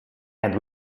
and